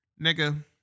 Nigga